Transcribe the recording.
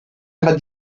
never